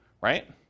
right